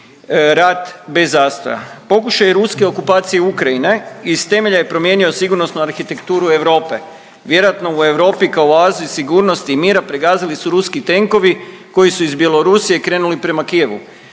rad bez zastoja. Pokušaj ruske okupacije Ukrajine iz temelja je promijenio sigurnosnu arhitekturu Europe. Vjerojatno u Europi kao u Aziji sigurnosti i mira pregazili su ruski tenkovi koji su iz Bjelorusije krenuli prema Kijevu.